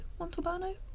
Montalbano